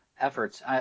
efforts